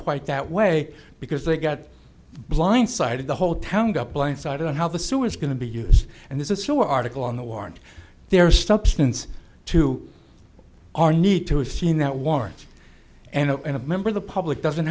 quite that way because they got blindsided the whole town got blindsided on how the sewer is going to be used and this is so article on the warrant they are substance to our need to have seen that warrants and a member of the public doesn't